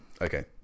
Okay